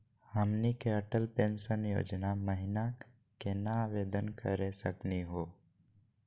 हमनी के अटल पेंसन योजना महिना केना आवेदन करे सकनी हो?